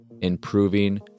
improving